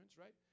right